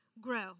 grow